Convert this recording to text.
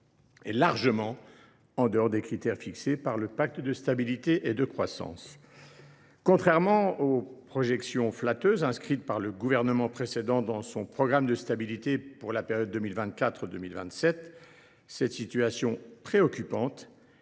est largement en dehors des critères fixés par le pacte de stabilité et de croissance (PSC). Contrairement aux projections flatteuses inscrites par le gouvernement précédent dans son programme de stabilité pour les années 2024 à 2027, cette situation préoccupante